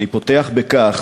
אני פותח בכך,